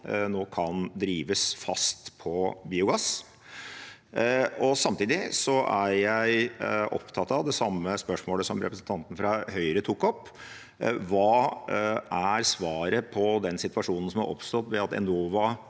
nå kan drives fast med biogass. Samtidig er jeg opptatt av det samme spørsmålet som representanten fra Høyre tok opp: Hva er svaret på den situasjonen som har oppstått ved at